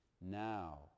Now